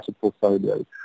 portfolio